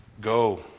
Go